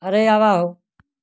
अरे आवओ